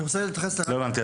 לא הבנתי.